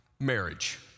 Marriage